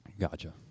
Gotcha